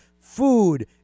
food